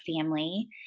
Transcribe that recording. family